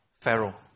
Pharaoh